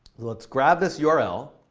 let's grab this yeah url.